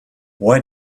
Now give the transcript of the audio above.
why